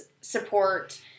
support